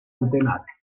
dutenak